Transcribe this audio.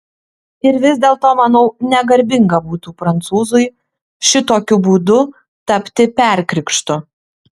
ir vis dėlto manau negarbinga būtų prancūzui šitokiu būdu tapti perkrikštu